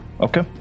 Okay